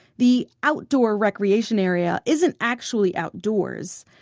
the outdoor recreation area isn't actually outdoors.